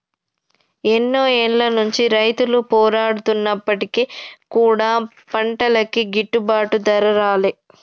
ఎన్నో ఏళ్ల నుంచి రైతులు పోరాడుతున్నప్పటికీ కూడా పంటలకి గిట్టుబాటు ధర రాలే